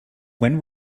when